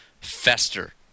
fester